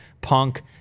Punk